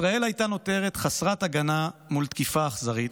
ישראל הייתה נותרת חסרת הגנה מול תקיפה אכזרית,